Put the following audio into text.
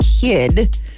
kid